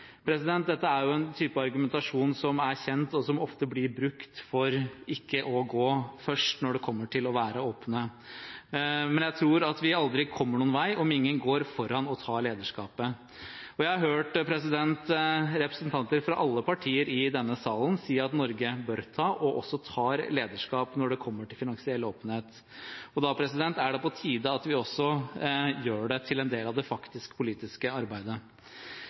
Dette er en type argumentasjon som er kjent og som ofte blir brukt for ikke å gå først når det kommer til å være åpne. Men jeg tror at vi aldri kommer noen vei om ingen går foran og tar lederskapet. Jeg har hørt representanter fra alle partier i denne salen si at Norge bør ta og også tar lederskap når det kommer til finansiell åpenhet. Da er det på tide at vi også gjør det til en del av det faktiske politiske arbeidet.